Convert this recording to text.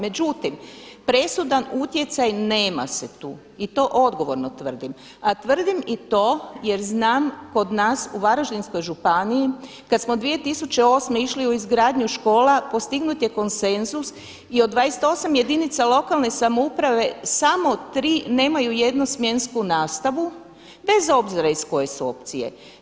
Međutim, presudan utjecaj nema se tu i to odgovorno tvrdim, a tvrdim i to jer znam kod nas u Varaždinskoj županiji kad smo 2008. išli u izgradnju škola postignut je konsenzus i od 28 jedinica lokalne samouprave samo tri nemaju jednosmjensku nastavu bez obzira iz koje su opcije.